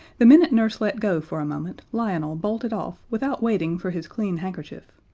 the minute nurse let go for a moment lionel bolted off without waiting for his clean handkerchief,